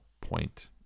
point